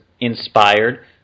inspired